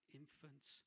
infants